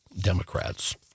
Democrats